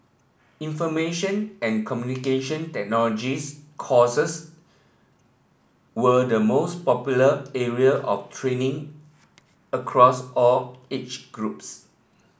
information and Communication Technology courses were the most popular area of training across all age groups